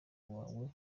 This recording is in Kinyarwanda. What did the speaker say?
wawe